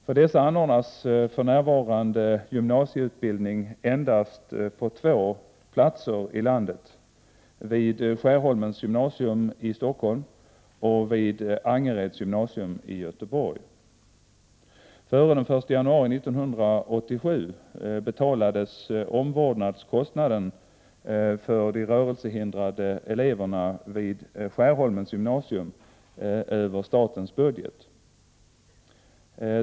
För dessa ungdomar anordnas för närvarande gymnasieutbildning endast på två håll i landet: vid Skärholmens gymnasium i Stockholm och vid Angereds gymnasium i Göteborg. Före den 1 januari 1987 betalades omvårdnadskostnaden för de rörelsehindrade eleverna vid Skärholmens gymnasium över statens budget.